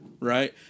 right